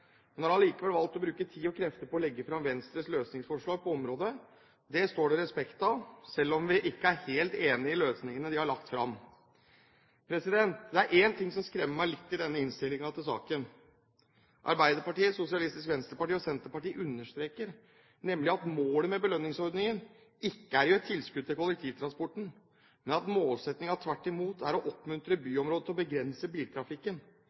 men har allikevel valgt å bruke tid og krefter på å legge fram sitt løsningsforslag på området. Det står det respekt av, selv om vi ikke er helt enig i løsningene de har lagt fram. Det er én ting som skremmer meg litt i innstillingen i saken. Arbeiderpartiet, Sosialistisk Venstreparti og Senterpartiet understreker nemlig at målet med belønningsordningen ikke er å gi tilskudd til kollektivtransporten, men at målsettingen tvert imot er å oppmuntre byområdene til å begrense biltrafikken.